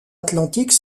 atlantique